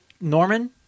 Norman